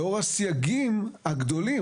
לאור הסייגים הגדולים.